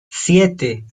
siete